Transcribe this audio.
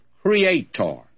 Creator